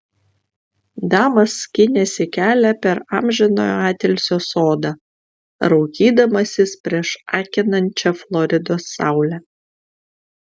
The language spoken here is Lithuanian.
damas skynėsi kelią per amžinojo atilsio sodą raukydamasis prieš akinančią floridos saulę